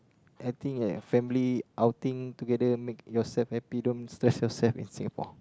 I think a family outing together make yourself happy don't stress yourself in Singapore